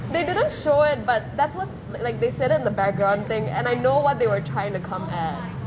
they didn't show it but that's what like they said in the background thing and I know what they were trying to come at